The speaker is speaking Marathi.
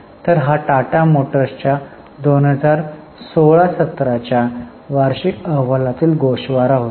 तर हा टाटा मोटर्सच्या 2016 2017 च्या वार्षिक अहवालातील गोषवारा होता